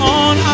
on